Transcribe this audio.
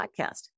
podcast